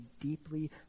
deeply